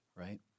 right